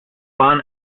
bahn